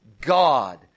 God